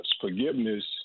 Forgiveness